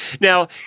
Now